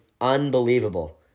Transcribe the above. unbelievable